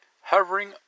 hovering